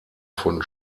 von